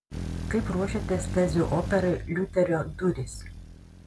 kaip ruošiatės tezių operai liuterio durys